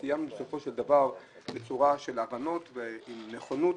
שסיימנו בסופו של דבר בהבנות ועם נכונות